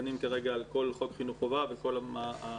אנחנו לא דנים כרגע בכל חוק חינוך חובה ובכל המשמעויות,